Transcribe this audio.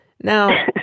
Now